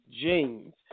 jeans